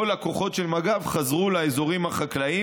כל הכוחות של מג"ב חזרו לאזורים החקלאיים